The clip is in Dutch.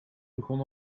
begon